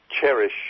cherish